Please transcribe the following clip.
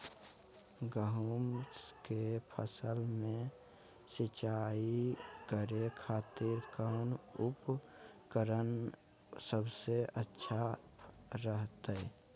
गेहूं के फसल में सिंचाई करे खातिर कौन उपकरण सबसे अच्छा रहतय?